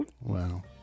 Wow